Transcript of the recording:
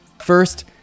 First